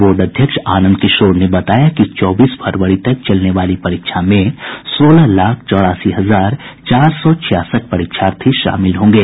board अध्यक्ष आनंद किशोर ने बताया कि चौबीस फरवरी तक चलने वाली परीक्षा में सोलह लाख चौरासी हजार चार सौ छियासठ परीक्षार्थी शामिल होंगे